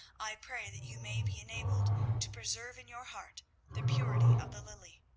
i pray that you may be enabled to preserve in your heart the purity of the lily!